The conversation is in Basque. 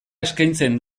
eskaintzen